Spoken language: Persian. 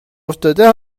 افتاده